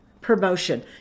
promotion